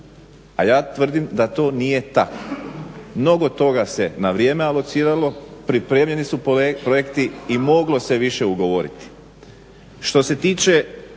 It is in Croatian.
a ja tvrdim da to nije tako. Mnogo toga se na vrijeme alociralo, pripremljeni su projekti i moglo se više ugovoriti.